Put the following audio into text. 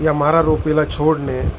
યા મારા રોપેલા છોડને